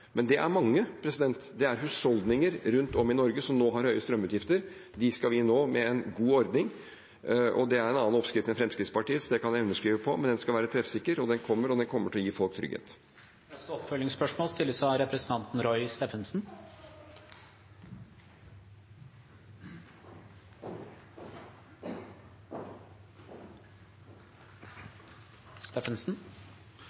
men det er mange; det er husholdninger rundt omkring i Norge som nå har høye strømutgifter. Dem skal vi nå med en god ordning. Det er en annen oppskrift enn Fremskrittspartiets – det kan jeg underskrive på – men den skal være treffsikker, og den kommer, og den kommer til å gi folk trygghet. Roy Steffensen – til oppfølgingsspørsmål. Representanten